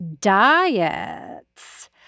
diets